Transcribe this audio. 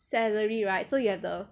salary right so you have the